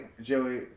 Joey